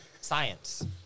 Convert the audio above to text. Science